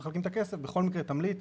הרישיון לכל אותם משקי בית שקיימים